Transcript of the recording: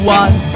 one